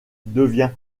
devient